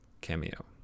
cameo